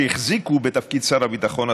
שהחזיקו בתפקיד שר הביטחון,